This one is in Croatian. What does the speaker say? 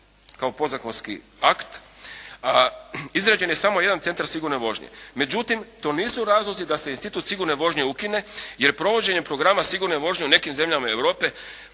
kao podzakonski akt, a izrađen je samo jedan centar sigurne vožnje. Međutim, to nisu razlozi da se institut sigurne vožnje ukine jer provođenje programa sigurne vožnje u nekim zemljama Europe